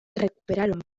recuperaron